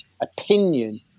opinion